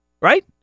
right